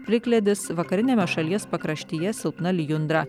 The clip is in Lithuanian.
plikledis vakariniame šalies pakraštyje silpna lijundra